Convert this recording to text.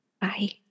Bye